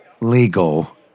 legal